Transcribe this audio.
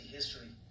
history